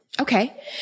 Okay